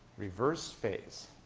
reverse phase.